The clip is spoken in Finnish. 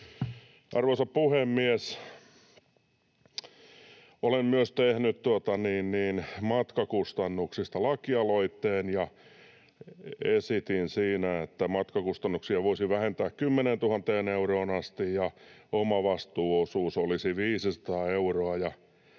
Arvoisa puhemies! Olen myös tehnyt matkakustannuksista lakialoitteen ja esitin siinä, että matkakustannuksia voisi vähentää 10 000 euroon asti ja omavastuuosuus olisi 500 euroa.